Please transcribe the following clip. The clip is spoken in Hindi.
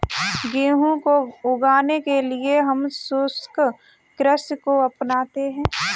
गेहूं को उगाने के लिए हम शुष्क कृषि को अपनाते हैं